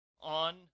on